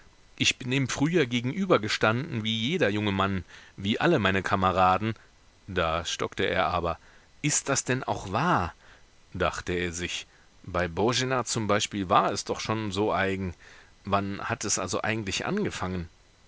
ich bin dem früher gegenübergestanden wie jeder junge mann wie alle meine kameraden da stockte er aber ist das denn auch wahr dachte er sich bei boena zum beispiel war es doch schon so eigen wann hat es also eigentlich angefangen